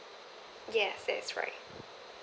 yes that's right